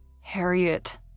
Harriet